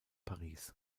paris